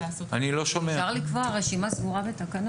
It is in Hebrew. אפשר לקבוע רשימה סגורה בתקנות.